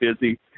busy